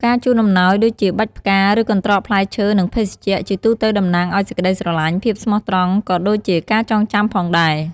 ការជូនអំណោយដូចជាបាច់ផ្កា ឬ កន្ត្រកផ្លែឈើ និងភេសជ្ជៈ ជាទូទៅតំណាងឱ្យសេចក្ដីស្រឡាញ់ ភាពស្មោះត្រង់ ក៏ដូចជាការចងចាំផងដែរ។